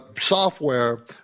software